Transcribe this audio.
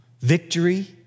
victory